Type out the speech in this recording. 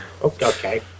Okay